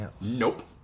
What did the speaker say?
Nope